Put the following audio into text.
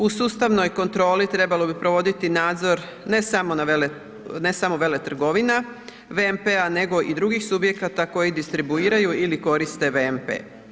U sustavnoj kontroli trebalo bi provoditi nadzor, ne samo veletrgovina VMP-a, nego i drugih subjekata koji distribuiraju ili koriste VMP.